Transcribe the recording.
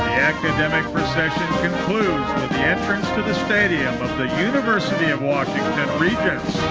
academic procession concludes with the entrance to the stadium of the university of washington regents,